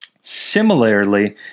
Similarly